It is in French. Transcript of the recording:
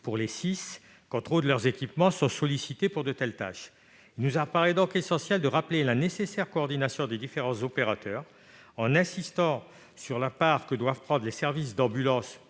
pour les SIS, quand trop de leurs équipements sont sollicités pour de telles tâches. Il nous apparaît donc essentiel de rappeler la nécessaire coordination des différents opérateurs, en insistant sur la part que doivent prendre les services d'ambulances